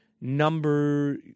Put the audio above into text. number